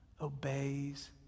obeys